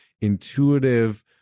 intuitive